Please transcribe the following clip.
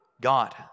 God